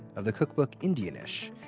of the cookbook indian-ish.